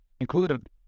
included